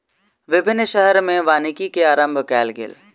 विभिन्न शहर में वानिकी के आरम्भ कयल गेल